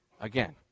again